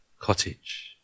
cottage